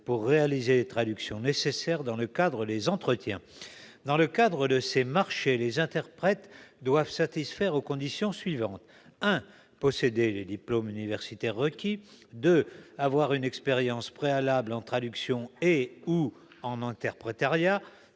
pour réaliser les traductions nécessaires lors des entretiens. Dans le cadre de ces marchés, les interprètes doivent satisfaire aux conditions suivantes : premièrement, posséder les diplômes universitaires requis ; deuxièmement, avoir une expérience préalable en traduction ou en interprétariat